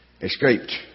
escaped